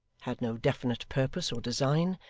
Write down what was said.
had no definite purpose or design,